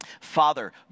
Father